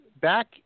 Back